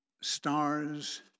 stars